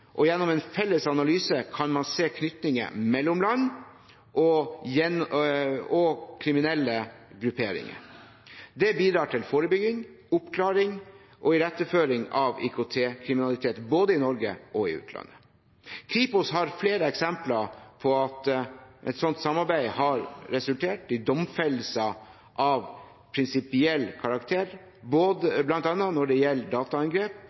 og gjennom en felles analyse kan man se knyttinger mellom land og kriminelle grupperinger. Det bidrar til forebygging, oppklaring og iretteføring av IKT-kriminalitet både i Norge og i utlandet. Kripos har flere eksempler på at slikt samarbeid har resultert i domfellelser av prinsipiell karakter, bl.a. når det gjelder dataangrep